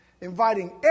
inviting